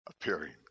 appearing